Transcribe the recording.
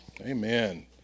amen